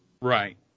Right